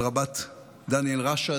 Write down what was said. על רב"ט דניאל ראשד,